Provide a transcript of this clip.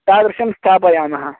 तादृशं स्थापयामः